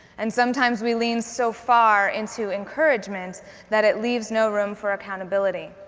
and sometimes we lean so far into encouragements that it leaves no room for accountability.